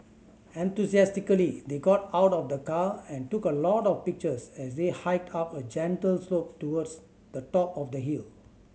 enthusiastically they got out of the car and took a lot of pictures as they hiked up a gentle slope towards the top of the hill